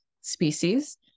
species